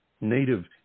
Native